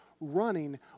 running